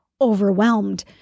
overwhelmed